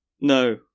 No